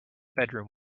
bedroom